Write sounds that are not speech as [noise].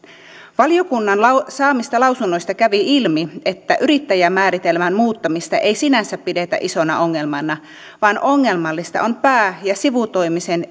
valiokunnan saamista lausunnoista kävi ilmi että yrittäjämääritelmän muuttamista ei sinänsä pidetä isona ongelmana vaan ongelmallista on pää ja sivutoimisen [unintelligible]